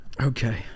Okay